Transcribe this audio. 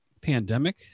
pandemic